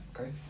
Okay